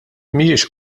mhijiex